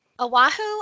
Oahu